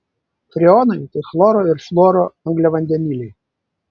freonai tai chloro ir fluoro angliavandeniliai